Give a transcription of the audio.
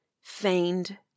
feigned